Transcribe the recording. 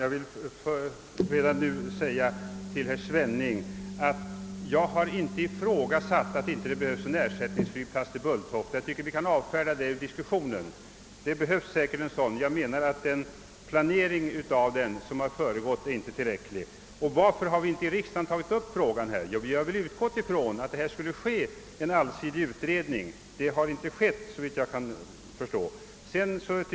Herr talman! Jag har aldrig ifrågasatt att det behövs en ersättningsflygplats för Bulltofta, herr Svenning. Den saken kan vi därför avfärda ur diskussionen. Men jag anser att den planering som föregått förslaget i detta fall är otillräcklig. Att vi inte tidigare tagit upp frågan här i riksdagen beror på att vi har utgått ifrån att det skulle göras en allsidig utredning. Men så har, såvitt jag förstår, inte skett.